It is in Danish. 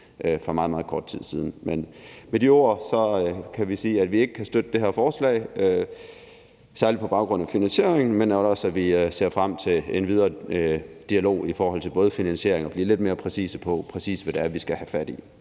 få fundet nogle penge. Med de ord kan Venstre sige, at vi ikke kan støtte det her forslag, særlig på baggrund af finansieringen, men også, at vi ser frem til en videre dialog i forhold til både finansiering og at blive lidt mere præcise på, hvad det er, vi skal have fat i.